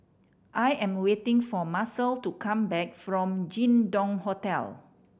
I am waiting for Marcel to come back from Jin Dong Hotel